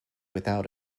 without